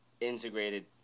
integrated